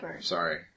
Sorry